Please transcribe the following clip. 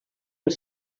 els